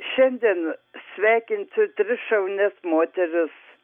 šiandien sveikinsi tris šaunias moteris